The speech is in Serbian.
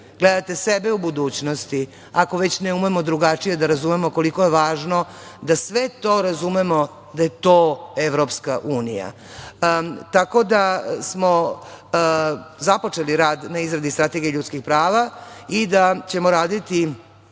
gledate sebe u budućnosti. Ako već ne umemo drugačije da razumemo koliko je važno da sve to razumemo da je to EU.Tako da smo započeli rad na izradi Strategije ljudskih prava i da ćemo raditi